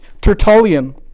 Tertullian